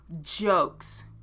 jokes